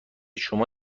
شما